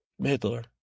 Midler